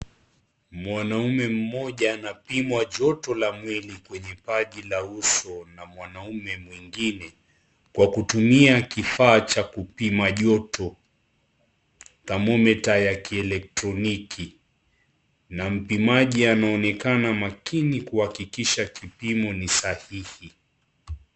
Mwanaume mmoja anapimwa joto la mwili kwenye paji la uso na mwanaume mwingine kwa kutumia kifaa cha kupima joto thermometer ya kielektroniki. Na mpimaji anaonekana kuwa makini kuhakikisha kipimo ni sahihi.